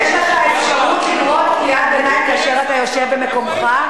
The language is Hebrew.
יש לך אפשרות לקרוא קריאת ביניים כאשר אתה יושב במקומך.